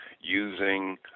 using